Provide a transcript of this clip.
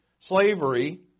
Slavery